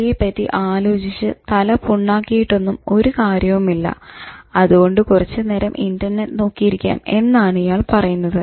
ജോലിയെ പറ്റി ആലോചിച്ച് തല പുണ്ണാക്കിയിട്ടൊന്നും ഒരു കാര്യവുമില്ല അതുകൊണ്ട് കുറച്ചു നേരം ഇന്റർനെറ്റ് നോക്കി ഇരിക്കാം എന്നാണ് ഇയാൾ പറയുന്നത്